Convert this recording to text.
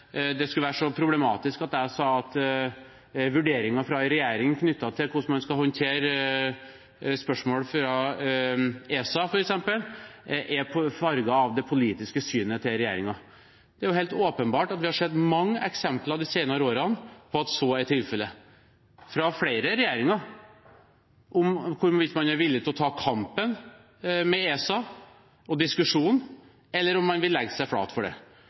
det skulle være så problematisk at jeg sa at vurderinger fra en regjering knyttet til hvordan man skal håndtere spørsmål fra ESA, f.eks., er farget av det politiske synet til regjeringen. Det er helt åpenbart at vi har sett mange eksempler de senere årene – fra flere regjeringer – på at så er tilfellet, og om hvorvidt man er villig til å ta kampen og diskusjonen med ESA, eller om man vil legge seg flat for dem. Vi har eksempler som KLP-saken, spørsmålet om hjemfall når det